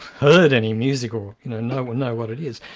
heard any music or you know know what know what it is,